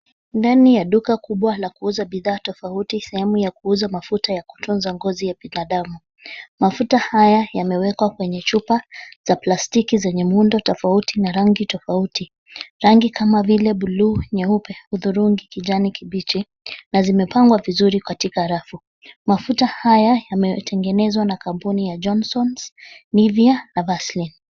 Ndani ya duka kubwa la kuuza bidhaa tofauti. Sehemu ya kuuza mafuta ya kutunza ngozi ya binadamu. Mafuta haya yamewekwa kwenye chupa za plastiki zenye muundo tofauti na rangi tofauti. Rangi kama vile bluu, nyeupe udhurungi, kijani kibichi na zimepangwa vizuri katika rafu mafuta haya yametengenezwa na kampuni ya Johnsons, Nivea na Vaseline .